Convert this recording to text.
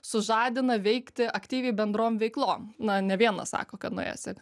sužadina veikti aktyviai bendrom veiklom na ne vienas sako kad nuėjęs į